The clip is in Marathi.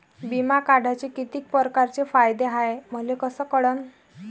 बिमा काढाचे कितीक परकारचे फायदे हाय मले कस कळन?